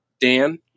Dan